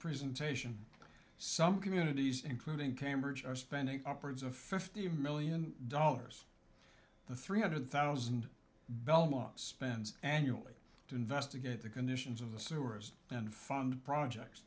presentation some communities including cambridge are spending upwards of fifty million dollars the three hundred thousand belmont spends annually to investigate the conditions of the sewers and fund projects